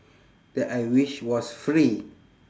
that I wish was free